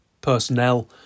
personnel